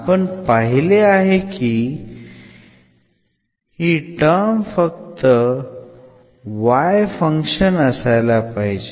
आपण पहिले आहे की ही टर्म फक्त y फंक्शन असायला पाहिजे